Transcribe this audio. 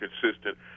consistent